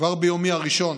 כבר ביומי הראשון